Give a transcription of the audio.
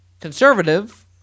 conservative